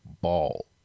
ball